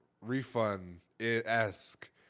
refund-esque